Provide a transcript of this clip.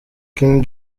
king